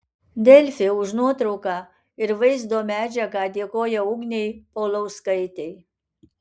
delfi už nuotrauką ir vaizdo medžiagą dėkoja ugnei paulauskaitei